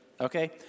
Okay